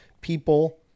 people